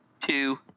Two